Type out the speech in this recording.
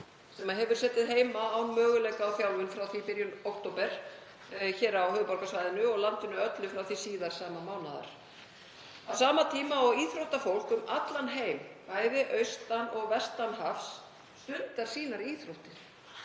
sem hefur setið heima án möguleika á þjálfun frá því í byrjun október hér á höfuðborgarsvæðinu, og landinu öllu frá því síðar sama mánaðar, á sama tíma og íþróttafólk um allan heim, bæði austan og vestan hafs, stundar sínar íþróttir